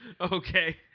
Okay